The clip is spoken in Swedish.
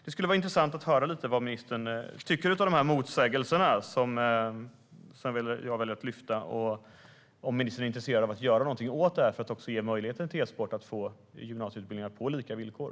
Det skulle vara intressant att höra vad ministern tycker om de motsägelser som jag velat lyfta fram och om ministern är intresserad av att göra något åt det för att e-sport ska få möjlighet att bli en gymnasieutbildning på lika villkor.